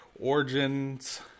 origins